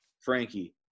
Frankie